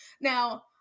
now